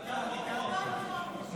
הוא פה.